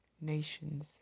nation's